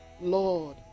Lord